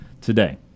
today